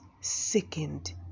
sickened